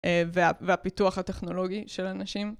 והפיתוח הטכנולוגי של אנשים.